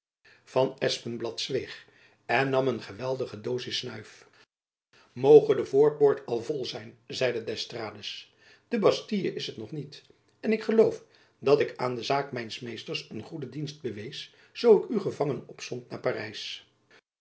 van espenblad zweeg en nam een geweldige dozis snuif moge de voorpoort al vol zijn zeide d'estrades de bastille is het nog niet en ik geloof dat ik aan de zaak mijns meesters een goede dienst bewees zoo ik u gevangen opzond naar parijs